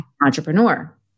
entrepreneur